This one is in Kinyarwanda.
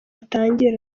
atangira